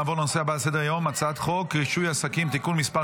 נעבור לנושא הבא על סדר-היום: הצעת חוק רישוי עסקים (תיקון מס'